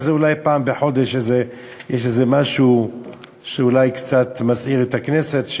שאולי פעם בחודש יש איזה משהו שאולי קצת מסעיר את הכנסת,